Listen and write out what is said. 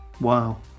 Wow